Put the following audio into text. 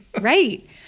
Right